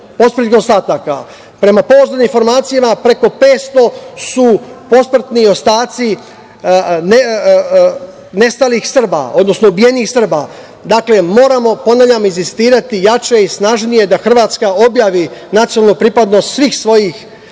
posmrtnih ostataka. Prema pouzdanim informacijama preko 500 su posmrtni ostaci nestalih Srba, odnosno ubijenih Srba. Dakle, moramo, ponavljam insistirati jače i snažnije da Hrvatska objavi nacionalnu pripadnost svih svojih,